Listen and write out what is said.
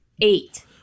eight